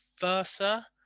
versa